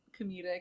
comedic